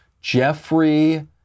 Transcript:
Jeffrey